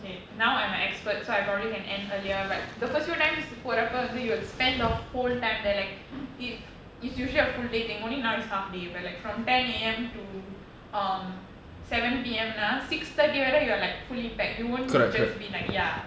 okay now I'm a expert so I probably can end earlier but the first few times போறப்பவந்து:porappa vandhu you will spend the whole time there like if it's usually a full day thing only now it's half day but like from ten A_M to um seven P_M நா:naa six thirty whether you're like fully packed you won't just be like ya